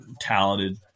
talented